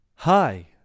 Hi